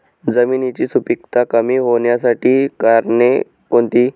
जमिनीची सुपिकता कमी होण्याची कारणे कोणती?